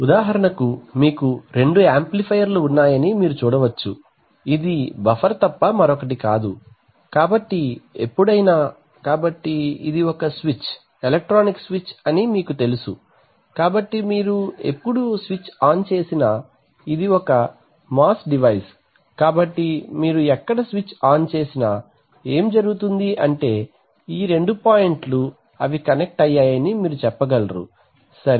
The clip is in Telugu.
ఉదాహరణకు మీకు రెండు యాంప్లిఫైయర్లు ఉన్నాయని మీరు చూడవచ్చు ఇది బఫర్ తప్ప మరొకటి కాదు కాబట్టి ఎప్పుడైనా కాబట్టి ఇది ఒక స్విచ్ ఎలక్ట్రానిక్ స్విచ్ అని మీకు తెలుసు కాబట్టి మీరు ఎప్పుడు స్విచ్ ఆన్ చేసినా ఇది ఒక MOS డివైస్ కాబట్టి మీరు ఎక్కడ స్విచ్ ఆన్ చేసినా ఏమి జరుగుతుంది అంటే ఈ రెండు పాయింట్లు అవి కనెక్ట్ అయ్యాయని మీరు చెప్పగలరు సరే